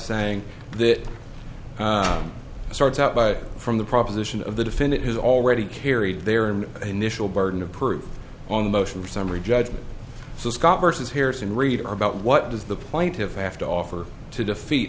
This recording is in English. saying that starts out by from the proposition of the defendant has already carried there an initial burden of proof on the motion for summary judgment so scott versus harrison reed are about what does the plaintiffs have to offer to defeat